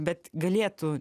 bet galėtų